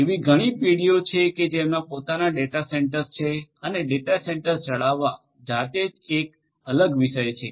એવી ઘણી પેઢીઓ છે કે જેમના પોતાના ડેટા સેન્ટર્સ છે અને ડેટા સેન્ટર્સ જાળવવા એ જાતે જ એક અલગ વિષય છે